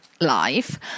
life